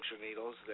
needles